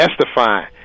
testifying